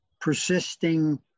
persisting